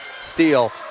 steal